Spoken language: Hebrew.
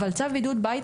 אבל צו בידוד בית,